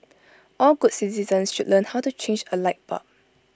all good citizens should learn how to change A light bulb